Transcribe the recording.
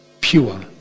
pure